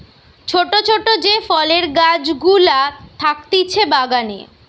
ছোট ছোট যে ফলের গাছ গুলা থাকতিছে বাগানে